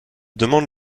demande